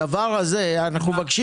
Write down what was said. הדבר הזה אנו מבקשים